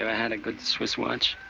ah had a good swiss watch?